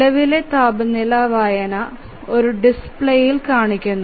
നിലവിലെ താപനില വായന ഒരു ഡിസ്പ്ലേയിൽ കാണിക്ക്കുന്നു